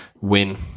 win